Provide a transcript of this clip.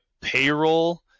payroll